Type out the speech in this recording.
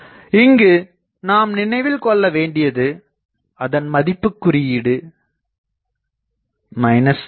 இங்கு நாம் நினைவில் கொள்ள வேண்டியது அதன் மதிப்பு குறியீடு ஆகும்